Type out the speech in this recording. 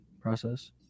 process